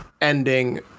ending